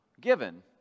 given